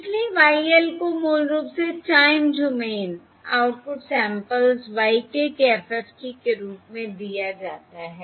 इसलिए Y l को मूल रूप से time domain output samples y k के FFT के रूप में दिया जाता है